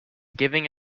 giving